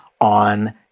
on